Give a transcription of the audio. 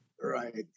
Right